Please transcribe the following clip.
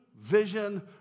vision